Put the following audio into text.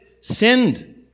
Sinned